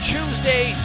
Tuesday